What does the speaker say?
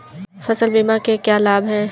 फसल बीमा के क्या लाभ हैं?